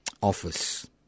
office